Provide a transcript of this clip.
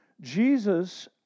Jesus